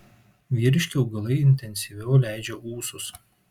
vyriški augalai intensyviau leidžia ūsus